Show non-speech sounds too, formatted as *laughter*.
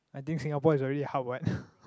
I think Singapore is already a hub what *breath*